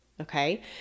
Okay